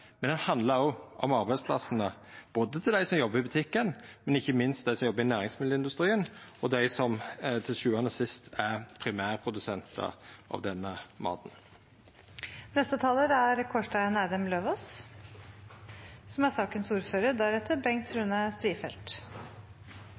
Det handlar også om arbeidsplassen til dei som jobbar i butikken, men ikkje minst til dei som jobbar i næringsmiddelindustrien, og dei som til sjuande og sist er primærprodusentar av denne